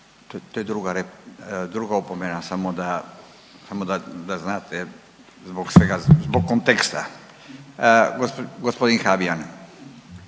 To je druga opomena samo da, samo da znate zbog svega, zbog konteksta. Gospodin Habijan.